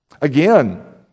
Again